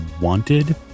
wanted